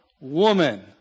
woman